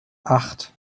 acht